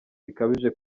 bikabije